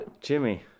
Jimmy